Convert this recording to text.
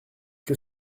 que